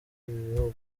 bihugu